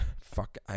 Fuck